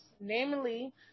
Namely